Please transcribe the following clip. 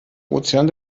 ozean